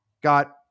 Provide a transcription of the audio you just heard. got